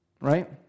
Right